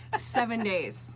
ah seven days.